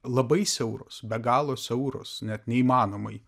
labai siauros be galo siauros net neįmanomai